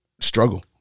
struggle